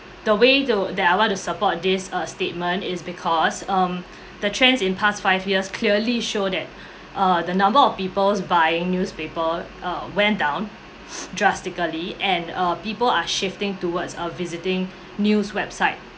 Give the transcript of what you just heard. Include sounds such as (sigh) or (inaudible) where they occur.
the way tho~ that I want to support this uh statement is because um the trends in past five years clearly showed that (breath) err the number of people's buying newspaper uh went down (noise) drastically and uh people are shifting towards a visiting news website